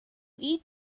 eat